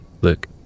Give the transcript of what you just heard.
Look